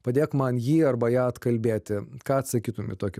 padėk man jį arba ją atkalbėti ką atsakytum į tokį